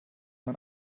man